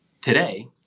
Today